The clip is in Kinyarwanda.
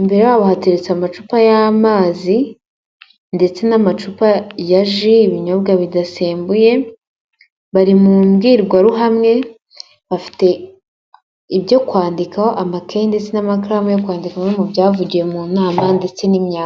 imbere yabo hateretse amacupa y'amazi ndetse n'amacupa ya ji, ibinyobwa bidasembuye, bari mu mbwirwaruhame, bafite ibyo kwandikaho, amakaye ndetse n'amakaramu yo kwandika bimwe mu byavugiwe mu nama ndetse n'imyanzuro.